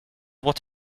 what